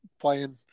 playing